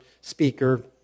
speaker